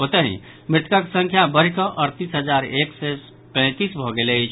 ओतहि मृतकक संख्या बढ़िकऽ अड़तीस हजार एक सय पैंतीस भऽ गेल अछि